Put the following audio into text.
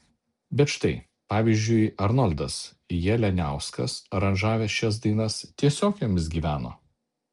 bet štai pavyzdžiui arnoldas jalianiauskas aranžavęs šias dainas tiesiog jomis gyveno